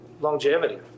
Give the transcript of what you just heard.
longevity